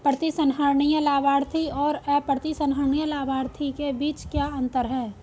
प्रतिसंहरणीय लाभार्थी और अप्रतिसंहरणीय लाभार्थी के बीच क्या अंतर है?